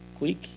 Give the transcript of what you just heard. Quick